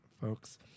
folks